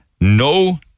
no